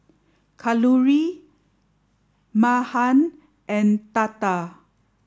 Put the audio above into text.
Kalluri Mahan and Tata